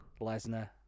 Lesnar